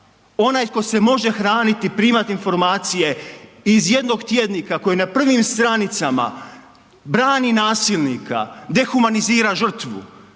Onaj tko se može hraniti i primati informacije iz jednog tjednika koji na prvim stranicama brani nasilnika, dehumanizira žrtvu